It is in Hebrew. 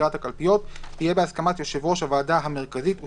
סגירת הקלפיות תהיה בהסכמת יושב ראש הוועדה המרכזית וסגניו"